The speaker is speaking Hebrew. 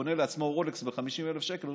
קונה לעצמו רולקס ב-50,000 שקל.